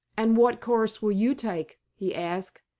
and what course will you take, he asked,